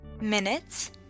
Minutes